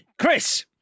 Chris